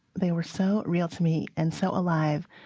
they were so real to me and so alive.